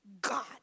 God